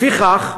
לפיכך,